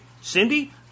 Cindy